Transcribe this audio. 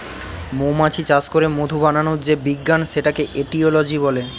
মৌমাছি চাষ করে মধু বানানোর যে বিজ্ঞান সেটাকে এটিওলজি বলে